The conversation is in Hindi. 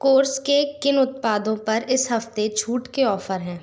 कोर्स के किन उत्पादों पर इस हफ़्ते छूट के ऑफ़र हैं